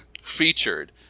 featured